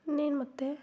ಇನ್ನೇನು ಮತ್ತೆ